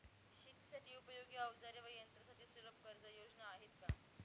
शेतीसाठी उपयोगी औजारे व यंत्रासाठी सुलभ कर्जयोजना आहेत का?